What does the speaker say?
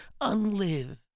unlive